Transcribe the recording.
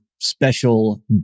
special